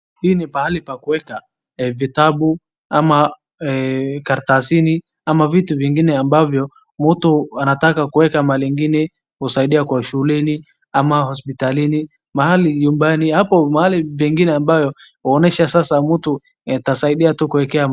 Hii ni pahali pa kueka vitabu ama karatasini ama vitu vingine ambavyo mtu anataka kueka mahali ingine kusaidia kwa shuleni ama hospitalini, mahali nyumbani. Mahali pengine ambayo inaonyesha sasa mtu atasaidia kuekea.